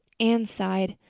anne sighed.